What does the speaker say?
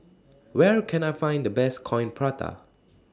Where Can I Find The Best Coin Prata